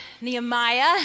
Nehemiah